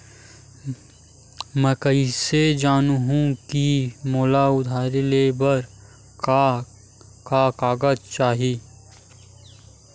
मैं कइसे जानहुँ कि मोला उधारी ले बर का का कागज चाही?